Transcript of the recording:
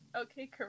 okay